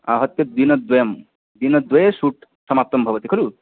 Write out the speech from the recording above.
आहत्य दिनद्वयं दिनद्वये शूट् समाप्तं भवति खलु